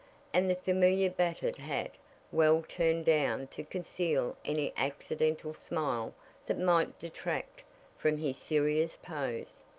and the familiar battered hat well turned down to conceal any accidental smile that might detract from his serious pose.